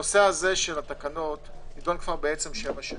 הנושא של התקנות קיים שבע שנים.